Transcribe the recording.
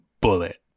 bullet